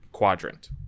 Quadrant